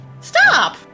Stop